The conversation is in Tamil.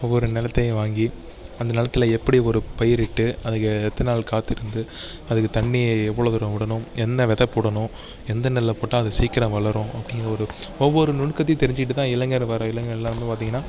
இப்போ ஒரு நிலத்தையும் வாங்கி அந்த நிலத்துல எப்படி ஒரு பயிரிட்டு அதில் எத்துன் நாள் காத்து இருந்து அதுக்கு தண்ணியை எவ்வளோ தூரம் விடணும் என்ன வெதை போடணும் எந்த நெல்லை போட்டால் அது சீக்கரம் வளரும் அப்படிங்கிறது ஒவ்வொரு நுணுக்கத்தையும் தெரிஞ்சிக்கிட்டுதான் இளைஞர்கள் வரையில் எல்லாமே பார்த்திங்கனா